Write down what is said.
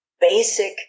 basic